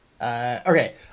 Okay